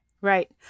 Right